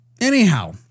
Anyhow